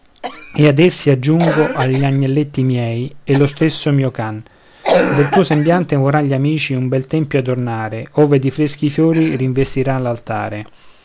e ad essi aggiungo gli agnelletti miei e lo stesso mio can del tuo sembiante vorran gli amici un bel tempio adornare ove di freschi fiori